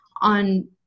on